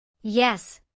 Yes